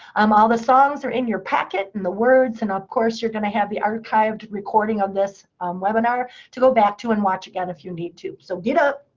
um ah the songs are in your packet, and the words, and of course, you're going to have the archived recording of this webinar to go back to and watch again if you need to. so get up.